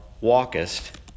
walkest